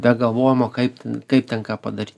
be galvojimo kaip ten kaip ten ką padaryt